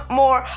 more